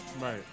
right